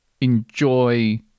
enjoy